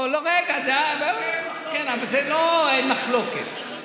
על זה אין מחלוקת.